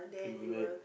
we'll be back